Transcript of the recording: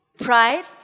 pride